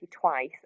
twice